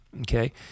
okay